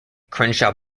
crenshaw